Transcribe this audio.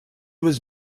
was